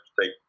take